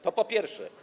To po pierwsze.